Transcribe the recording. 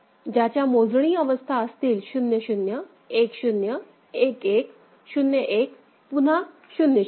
ज्याच्या मोजणी अवस्था असतील 0 0 1 0 1 1 0 1 पुन्हा 0 0